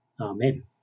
Amen